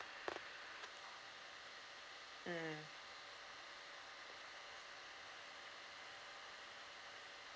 mm